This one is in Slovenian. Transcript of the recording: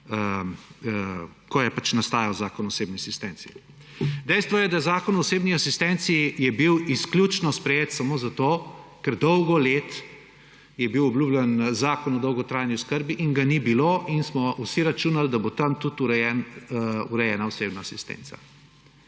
ko je pač nastajal Zakon o osebni asistenci. Dejstvo je, da je bil Zakon o osebni asistenci izključno sprejet samo zato, ker dolgo let je bil obljubljan zakon o dolgotrajni oskrbi; in ga ni bilo in smo vsi računali, da bo tam tudi urejena osebna asistenca.